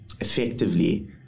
effectively